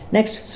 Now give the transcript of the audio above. Next